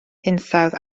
hinsawdd